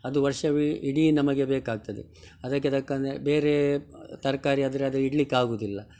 ಅದು ವರ್ಷ ಇಡೀ ನಮಗೆ ಬೇಕಾಗ್ತದೆ ಅದಕ್ಕೆ ಎದಕ್ಕೆ ಅಂದರೆ ಬೇರೇ ತರಕಾರಿ ಆದರೆ ಅದು ಇಡ್ಲಿಕೆ ಆಗೋದಿಲ್ಲ